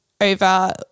over